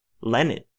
Lenin